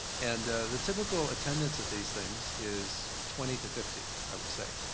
and the typical attendance at these things is twenty to fifty, i would say.